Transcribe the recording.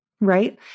right